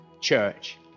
church